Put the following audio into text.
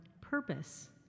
purpose